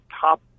top